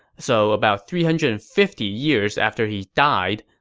so about three hundred and fifty years after he died,